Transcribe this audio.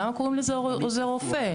למה לקרוא לזה עוזר רופא?